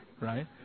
right